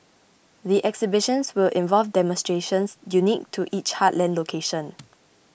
the exhibitions will involve demonstrations unique to each heartland location